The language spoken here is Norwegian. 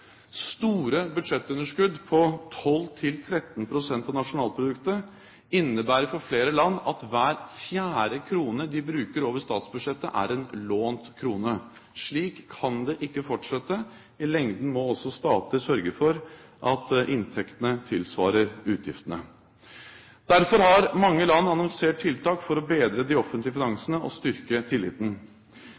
Store budsjettunderskudd på 12–13 pst. av nasjonalproduktet innebærer for flere land at hver fjerde krone de bruker over statsbudsjettet, er en lånt krone. Slik kan det ikke fortsette. I lengden må også stater sørge for at inntektene tilsvarer utgiftene. Derfor har mange land annonsert tiltak for å bedre de offentlige finansene og styrke tilliten.